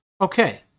Okay